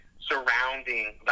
surrounding